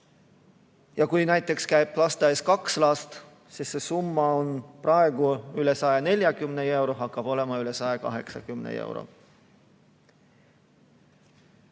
Kui näiteks lasteaias käib kaks last, siis see summa on praegu üle 140 euro ja hakkab olema üle 180 euro.